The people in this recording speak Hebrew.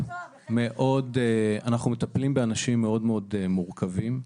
אנחנו מטפלים באנשים מאוד מורכבים.